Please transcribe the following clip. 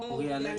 תוכנית